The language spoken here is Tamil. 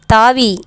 தாவி